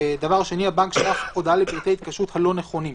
דבר שני, הבנק שלח הודעה לפרטי התקשורת לא נכונים.